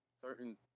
certain